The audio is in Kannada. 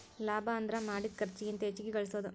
ಲಾಭ ಅಂದ್ರ ಮಾಡಿದ್ ಖರ್ಚಿಗಿಂತ ಹೆಚ್ಚಿಗಿ ಗಳಸೋದು